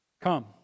Come